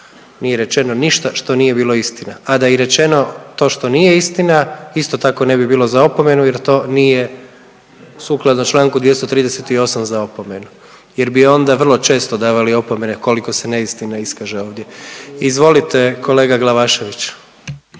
nije rečeno ništa što nije bilo istina, a da je i rečeno to što nije istina isto tako ne bi bilo za opomenu jer to nije sukladno čl. 238. za opomenu jer bi onda vrlo često davali opomene koliko se neistina iskaže ovdje. Izvolite kolega Glavaševiću.